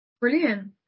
brilliant